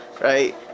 right